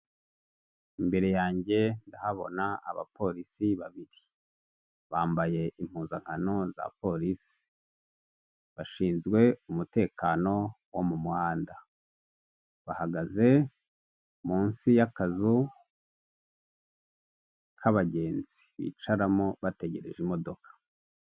Imbere yanjye ndahabona abapolisi babiri bambaye impuzankano za polisi, bashinzwe umutekano wo mu muhanda, bahagaze munsi y'akazu k'abagenzi bicaramo bategereje imodoka.